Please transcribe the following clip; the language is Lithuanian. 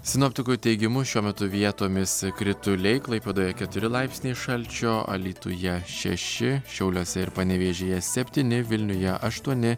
sinoptikų teigimu šiuo metu vietomis krituliai klaipėdoje keturi laipsniai šalčio alytuje šeši šiauliuose ir panevėžyje septyni vilniuje aštuoni